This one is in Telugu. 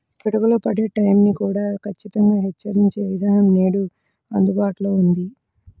పిడుగులు పడే టైం ని కూడా ఖచ్చితంగా హెచ్చరించే విధానం నేడు అందుబాటులో ఉంది